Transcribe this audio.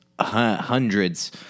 hundreds